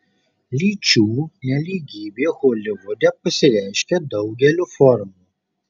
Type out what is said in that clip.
lyčių nelygybė holivude pasireiškia daugeliu formų